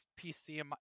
PC